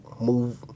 move